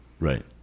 Right